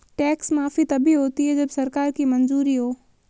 tax माफी तभी होती है जब सरकार की मंजूरी हो